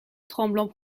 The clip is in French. tremblants